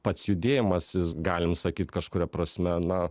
pats judėjimas jis galim sakyt kažkuria prasme na